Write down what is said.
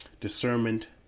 discernment